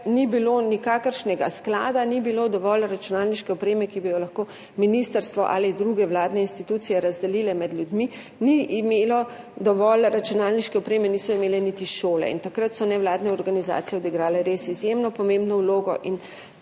ni bilo nikakršnega sklada, ni bilo dovolj računalniške opreme, ki bi jo lahko ministrstvo ali druge vladne institucije razdelile med ljudmi, ni imelo dovolj računalniške opreme, niso imele niti šole in takrat so nevladne organizacije odigrale res izjemno pomembno vlogo